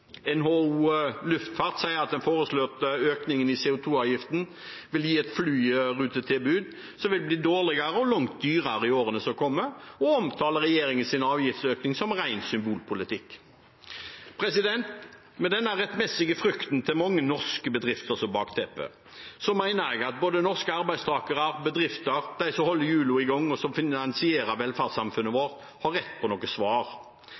NHO Luftfart sier at den foreslåtte økningen i CO 2 -avgiften vil gi et flyrutetilbud som vil bli dårligere og langt dyrere i årene som kommer, og omtaler regjeringens avgiftsøkning som ren symbolpolitikk. Med denne rettmessige frykten til mange norske bedrifter som bakteppe mener jeg at både norske arbeidstakere og norske bedrifter, de som holder hjulene i gang og finansierer velferdssamfunnet vårt, har rett på noen svar.